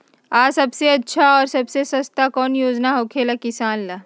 आ सबसे अच्छा और सबसे सस्ता कौन योजना होखेला किसान ला?